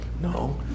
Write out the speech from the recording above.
No